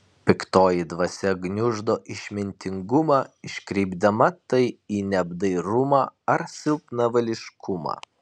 piktoji dvasia gniuždo išmintingumą iškreipdama tai į neapdairumą ar silpnavališkumą